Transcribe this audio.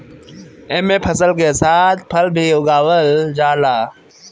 एमे फसल के साथ फल भी उगावल जाला